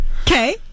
Okay